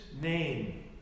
name